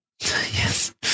yes